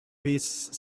piece